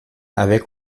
avec